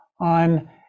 on